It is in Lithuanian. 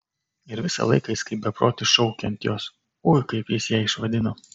ir visą laiką jis kaip beprotis šaukia ant jos ui kaip jis ją išvadino